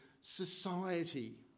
society